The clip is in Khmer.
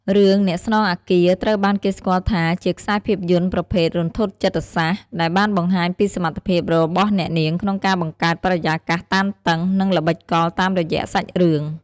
រឿង អ្នកស្នងអគារ ត្រូវបានគេស្គាល់ថាជាខ្សែភាពយន្តប្រភេទ រន្ធត់ចិត្តសាស្ត្រ ដែលបានបង្ហាញពីសមត្ថភាពរបស់អ្នកនាងក្នុងការបង្កើតបរិយាកាសតានតឹង និងល្បិចកលតាមរយៈសាច់រឿង។